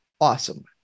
awesome